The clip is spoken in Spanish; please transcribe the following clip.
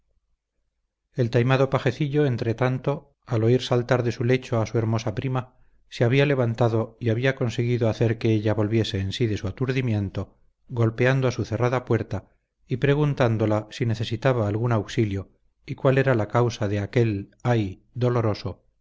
el taimado pajecillo entretanto al oír saltar de su lecho a su hermosa prima se había levantado y había conseguido hacer que ella volviese en sí de su aturdimiento golpeando a su cerrada puerta y preguntándola sí necesitaba algún auxilio y cuál era la causa de aquel ay doloroso